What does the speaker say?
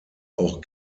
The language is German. auch